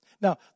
Now